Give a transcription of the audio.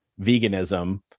veganism